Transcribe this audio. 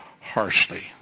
harshly